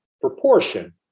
proportion